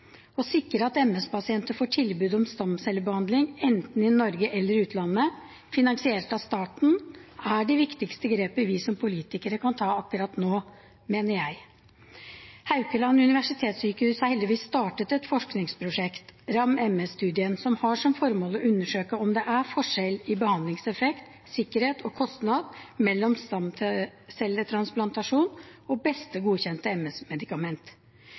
Å sikre at MS-pasienter får tilbud om stamcellebehandling, enten i Norge eller i utlandet, finansiert av staten, er det viktigste grepet vi som politikere kan ta akkurat nå, mener jeg. Haukeland universitetssjukehus har heldigvis startet et forskningsprosjekt, RAM-MS-studien, som har som formål å undersøke om det er forskjell i behandlingseffekt, sikkerhet og kostnad mellom stamcelletransplantasjon og beste godkjente